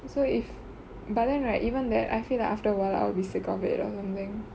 so if but then right even that I feel like after awhile I will be sick of it or something